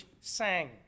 sang